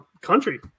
country